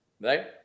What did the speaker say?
right